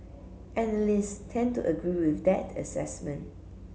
analysts tend to agree with that assessment